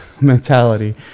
mentality